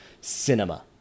cinema